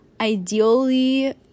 ideally